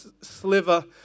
sliver